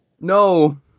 No